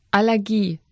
Allergie